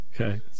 Okay